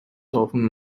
often